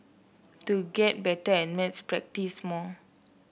to get better at maths practise more